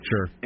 Sure